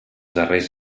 darrers